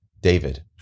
David